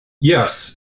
Yes